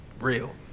Real